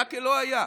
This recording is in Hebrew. היה כלא היה.